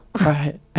Right